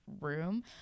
room